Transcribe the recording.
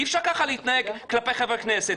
אי אפשר ככה להתנהג כלפי חברי כנסת,